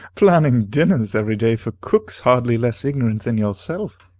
planning dinners every day for cooks hardly less ignorant than yourself,